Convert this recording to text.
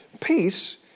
Peace